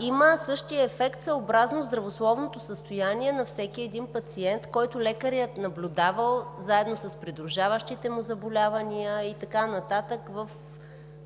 има същият ефект съобразно здравословното състояние на всеки един пациент, който лекарят е наблюдавал заедно с придружаващите му заболявания и така нататък в,